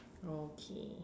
okay